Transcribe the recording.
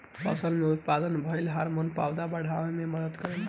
फसल में उत्पन्न भइल हार्मोन पौधा के बाढ़ावे में मदद करेला